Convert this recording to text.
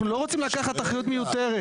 אנחנו לא רוצים לקחת אחריות מיותרת.